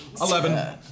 Eleven